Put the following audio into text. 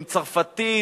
עם צרפתית,